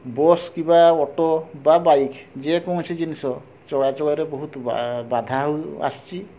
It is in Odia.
ବସ୍ କିମ୍ବା ଅଟୋ ବା ବାଇକ୍ ଯେକୌଣସି ଜିନିଷ ଚଳାଚଳରେ ବହୁତ ବାଧା ହଉ ଆସୁଛି